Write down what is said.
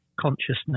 consciousness